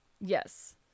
Yes